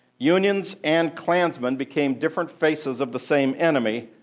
unions and klansmen became different faces of the same enemy,